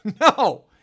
No